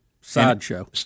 sideshow